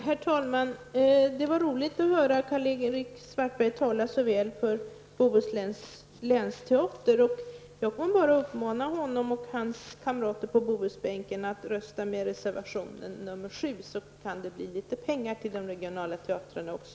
Herr talman! Det var roligt att höra Karl-Erik Svartberg tala så väl för länsteatern i Bohuslän. Jag kan bara uppmana honom och hans kamrater på Bohusbänken att rösta på reservation 7, så kan det bli litet pengar till de regionala teatrarna också.